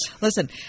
Listen